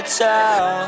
tell